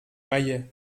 maillets